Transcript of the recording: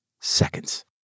seconds